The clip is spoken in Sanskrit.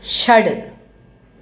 षड्